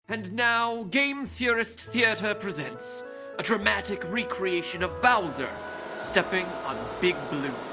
and now game theorists theatre presents a dramatic recreation of bowser stepping on big blue.